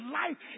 life